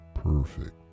perfect